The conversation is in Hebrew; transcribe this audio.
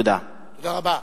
תודה רבה.